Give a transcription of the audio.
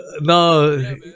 No